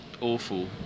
awful